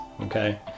Okay